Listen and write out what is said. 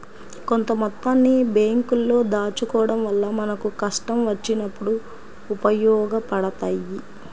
కొంత మొత్తాన్ని బ్యేంకుల్లో దాచుకోడం వల్ల మనకు కష్టం వచ్చినప్పుడు ఉపయోగపడతయ్యి